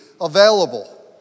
available